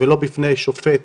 ולא בפני שופט